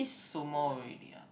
sumo already ah